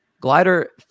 Glider